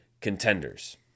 contenders